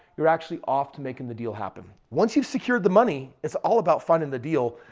you're actually off to making the deal happen. once you've secured the money, it's all about fun in the deal.